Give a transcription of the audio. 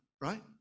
right